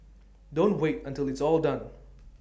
don't wait until it's all done